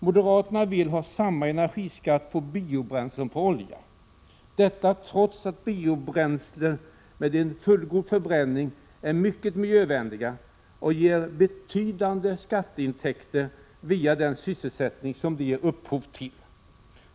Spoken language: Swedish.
Moderaterna vill ha samma energiskatt på biobränslen som på oljan, trots att biobränslen med en fullgod förbränning är mycket miljövänliga och ger betydande skatteintäkter via den sysselsättning som de ger upphov till.